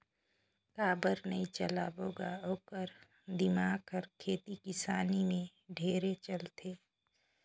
काबर नई चलबो ग ओखर दिमाक हर खेती किसानी में ढेरे चलथे